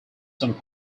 some